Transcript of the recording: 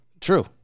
True